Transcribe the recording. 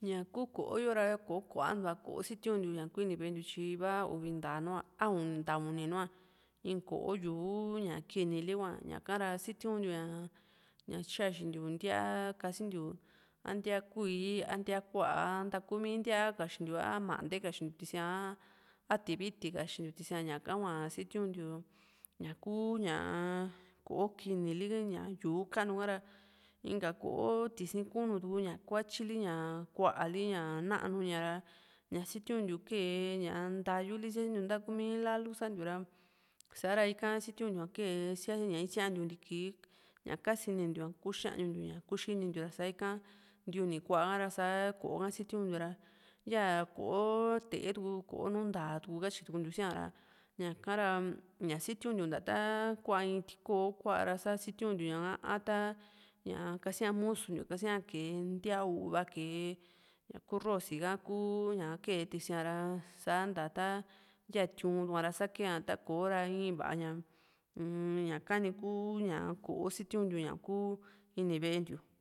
ña kuu ko´o yo ra kò´o kuantua ko´o sitiuntiu ña kuu ini ve´e ntiu tyi iva uvi ntá nú´a a ntá uni nú´a in ko´o yuu ña kinili hua ñaka ra sitiuntiu ña ña xaxintiu ntíaa kasintiu a ntía kuíí a ntíaa ku´a a ntakumii ntíaa kaxintiu a mante kxin tiu tísi´a a tiviti kaxintiu tisiña ñáka hua sitiuntiu ña kuu ñaa ko´o kinili ñá yuu kanuka ra inka ko´o tisi ku´nu tuku kuña kuatyili ña kuaa li ña nanu ña ra ña sitiuntiu kee ña ntayuli síasintiu ntaaku mii lalu santiu ra sa´ra ika sitiuntiu´a kee ña isíantiu ntiki ña kasintiou ña kuxañuntiu ña kuxintiu ra sá ika nti uni kuáa ra sá ko´o ha sitiuntiu ra yaa ko´o tée tuku ko´o nùù ntaa katyi ntiu siaa ra ñaka ra ña sitiuntiu nta tá kuaa in tikoo kua ra sá sitiuntiu ña´ha a tá ña tá kasíaa musu ntiu kee ntíaa u´va kee ñaku rroci ha kúu kee tisi´a ra sa´nta tá ya tiu´n tukua ra sá kee´a takora in va´a mía uu-m ñaka ni kuu ñaa ko´o sitiuntiou ña kúu ini ve´e ntiu